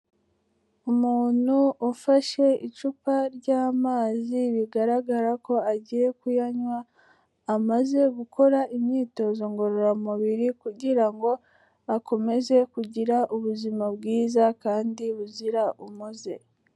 Umuntu ufashe icupa ry'amazi bigaragara ko agiye kuyanywa, amaze gukora imyitozo ngororamubiri kugira ngo akomeze kugira ubuzima bwiza kandi buzira umuze.